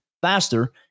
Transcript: faster